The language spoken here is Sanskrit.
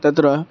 तत्र